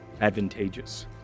advantageous